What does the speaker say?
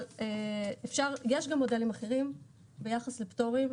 יש מודלים אחרים ביחס לפטורים.